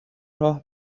راه